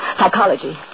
Psychology